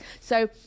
So-